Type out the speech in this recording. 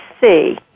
see